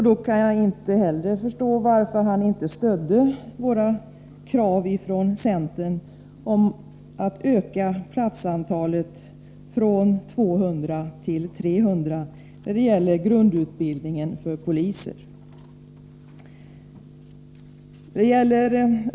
Då kan jag inte heller förstå varför han inte stödde centerns krav på att öka platsantalet från 200 till 300 när det gäller grundutbildningen för poliser.